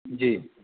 જી